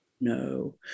no